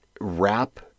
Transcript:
wrap